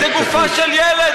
זה גופה של ילד.